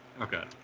Okay